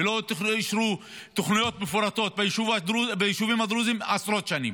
לא אישרו תוכניות מפורטות ביישובים הדרוזיים עשרות שנים,